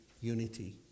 unity